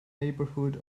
neighborhood